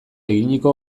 eginiko